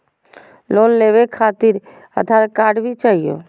Loan लेवे खातिरआधार card भी चाहियो?